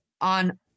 on